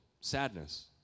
sadness